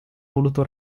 voluto